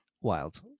wild